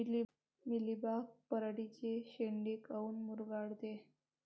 Mealybug पराटीचे चे शेंडे काऊन मुरगळते?